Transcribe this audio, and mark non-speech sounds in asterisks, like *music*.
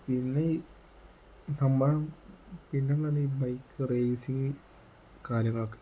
പിന്നെയീ *unintelligible* bike racing കാര്യങ്ങളൊക്കെ